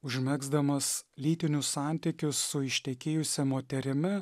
užmegzdamas lytinius santykius su ištekėjusia moterimi